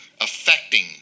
affecting